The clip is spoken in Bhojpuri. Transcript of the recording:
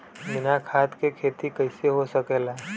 बिना खाद के खेती कइसे हो सकेला?